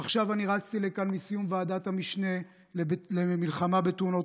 עכשיו אני רצתי לכאן מסיום ועדת המשנה למלחמה בתאונות